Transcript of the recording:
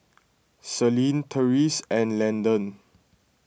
Selene Terese and Landon